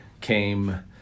came